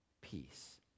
peace